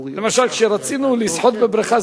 למשל כשרצינו לשחות בבריכה,